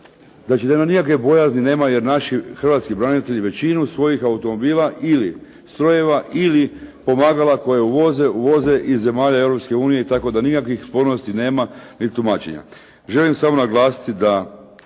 Znači da nikakve bojazni nema jer naši hrvatski branitelji većinu svojih automobila ili strojeva ili pomagala koje uvoze, uvoze iz zemalja Europske unije, tako da nikakvih spornosti nema ni tumačenja. Želim samo naglasiti da